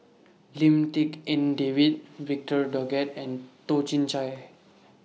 Lim Tik En David Victor Doggett and Toh Chin Chye